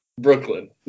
Brooklyn